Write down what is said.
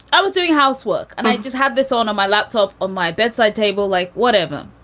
i was doing housework and i just had this on on my laptop, on my bedside table, like whatever